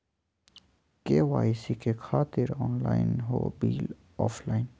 KYC से खातिर online हो बिल ऑफलाइन?